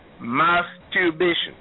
masturbation